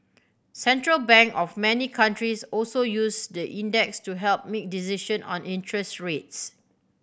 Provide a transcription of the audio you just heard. central bank of many countries also use the index to help make decision on interest rates